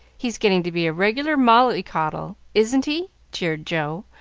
he's getting to be a regular mollycoddle, isn't he? jeered joe,